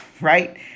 right